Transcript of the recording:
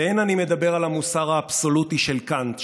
ואין אני מדבר על המוסר האבסולוטי של קאנט,